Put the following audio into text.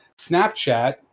Snapchat